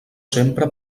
sempre